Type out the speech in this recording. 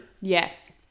Yes